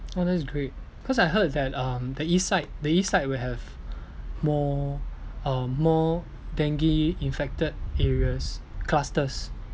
oh that's great cause I heard that um the east side the east side will have more uh more dengue infected areas clusters